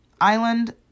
Island